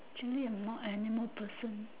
actually I'm not animal person